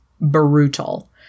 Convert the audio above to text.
brutal